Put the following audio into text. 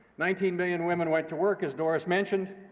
nineteen million women went to work, as doris mentioned.